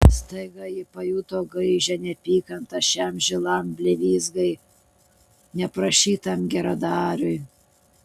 staiga ji pajuto gaižią neapykantą šiam žilam blevyzgai neprašytam geradariui